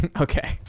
Okay